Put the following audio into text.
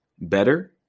better